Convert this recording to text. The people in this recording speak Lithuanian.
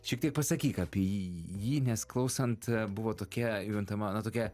šiek tiek pasakyk apie jį jį nes klausant buvo tokia juntama na tokia